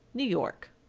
new york.